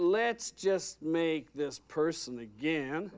let's just make this person again